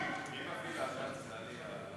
מי מפעיל עליהם לחץ?